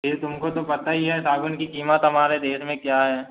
फिर तुम को तो पता ही है सागवान की कीमत हमारे देश में क्या है